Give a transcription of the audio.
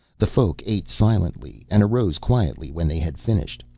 the folk ate silently and arose quietly when they had finished,